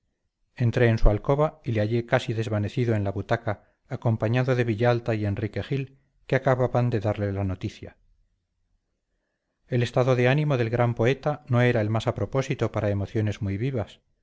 entré en su alcoba y le hallé casi desvanecido en la butaca acompañado de villalta y enrique gil que acababan de darle la noticia el estado de ánimo del gran poeta no era el más a propósito para emociones muy vivas